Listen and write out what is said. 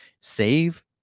save